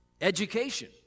education